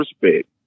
respect